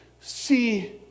see